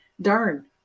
darn